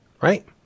right